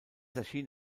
erschien